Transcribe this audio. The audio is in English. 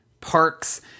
parks